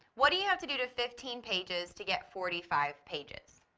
what do you have to do to fifteen pages to get forty-five pages?